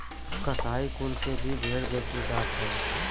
कसाई कुल के भी भेड़ बेचे जात हौ